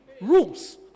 Rules